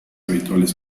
habituales